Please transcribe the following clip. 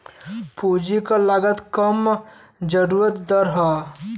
पूंजी क लागत कम जरूरी दर हौ